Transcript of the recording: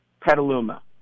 Petaluma